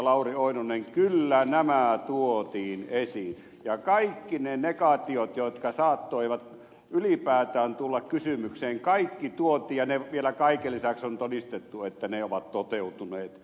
lauri oinonen kyllä nämä tuotiin esiin ja kaikki ne negaatiot jotka saattoivat ylipäätään tulla kysymykseen kaikki tuotiin ja vielä kaiken lisäksi on todistettu että ne ovat toteutuneet